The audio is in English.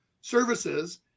services